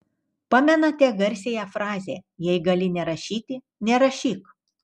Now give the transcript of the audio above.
pamenate garsiąją frazę jei gali nerašyti nerašyk